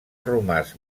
romàs